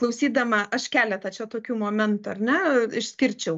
klausydama aš keletą čia tokių momentų ar ne išskirčiau